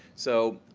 so,